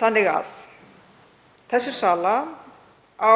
Þessi sala á